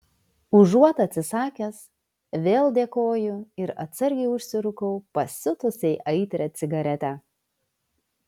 užuot atsisakęs vėl dėkoju ir atsargiai užsirūkau pasiutusiai aitrią cigaretę